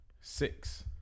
six